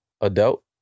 adult